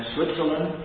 Switzerland